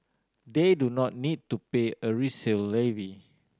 they do not need to pay a resale levy